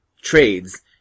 trades